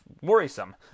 worrisome